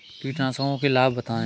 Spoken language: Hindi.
कीटनाशकों के लाभ बताएँ?